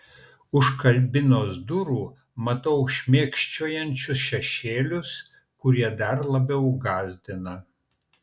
už kabinos durų matau šmėkščiojančius šešėlius kurie dar labiau gąsdina